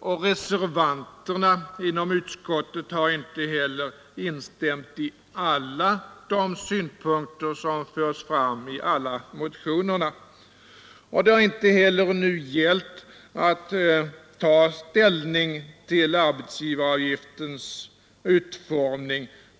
och reservanterna inom utskottet har inte heller instämt i alla de synpunkter som förts fram i motionerna. Det har inte heller nu gällt att ta ställning till arbetsgivaravgiftens utformning.